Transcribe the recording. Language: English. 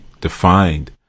defined